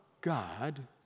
God